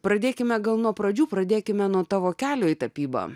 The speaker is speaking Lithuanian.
pradėkime gal nuo pradžių pradėkime nuo tavo kelio į tapybą